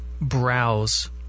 browse